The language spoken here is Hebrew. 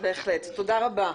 בהחלט, תודה רבה.